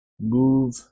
move